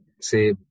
say